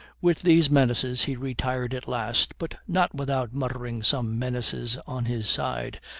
with these menaces he retired at last, but not without muttering some menaces on his side,